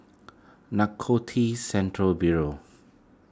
Narcotics Centre Bureau